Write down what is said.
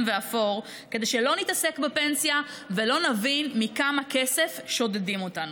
ואפור כדי שלא נתעסק בפנסיה ולא נבין מכמה כסף שודדים אותנו,